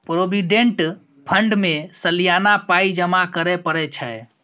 provident fund मे सलियाना पाइ जमा करय परय छै